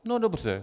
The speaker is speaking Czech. No dobře.